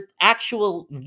actual